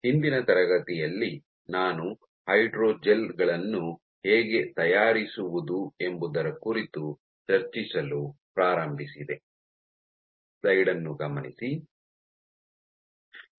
ಹಿಂದಿನ ತರಗತಿಯಲ್ಲಿ ನಾನು ಹೈಡ್ರೋಜೆಲ್ ಗಳನ್ನು ಹೇಗೆ ತಯಾರಿಸುವುದು ಎಂಬುದರ ಕುರಿತು ಚರ್ಚಿಸಲು ಪ್ರಾರಂಭಿಸಿದೆ